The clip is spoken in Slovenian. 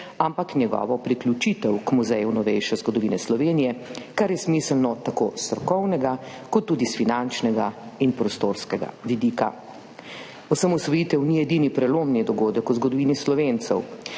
ampak njegovo priključitev k Muzeju novejše zgodovine Slovenije, kar je smiselno tako s strokovnega kot tudi s finančnega in prostorskega vidika. Osamosvojitev ni edini prelomni dogodek v zgodovini Slovencev.